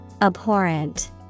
Abhorrent